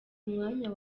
mwanya